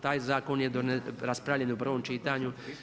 Taj zakon je raspravljen u prvom čitanju.